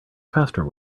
faster